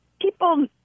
People